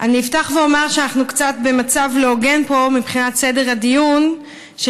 אני אפתח ואומר שאנחנו קצת במצב לא הוגן פה מבחינת סדר הדיון של